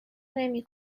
نمی